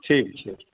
ठीक छै